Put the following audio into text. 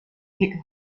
picked